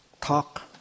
talk